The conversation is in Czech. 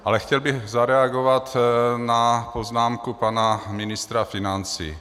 Ale chtěl bych zareagovat na poznámku pana ministra financí.